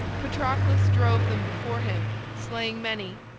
patroclus drove them before him slaying many,